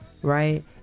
right